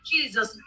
Jesus